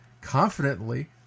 confidently